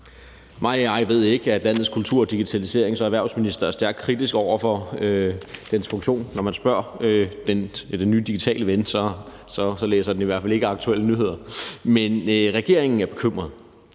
My AI ved ikke, at landets kultur-, digitaliserings- og erhvervsminister er stærkt kritisk over for dens funktion. Når man spørger den nye digitale ven, læser den i hvert fald ikke aktuelle nyheder. Men regeringen er bekymret,